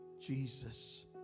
Jesus